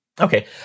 Okay